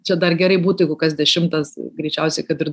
čia dar gerai būtų jeigu kas dešimtas greičiausiai kad ir